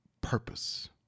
purpose